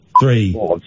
three